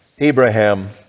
Abraham